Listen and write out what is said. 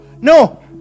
No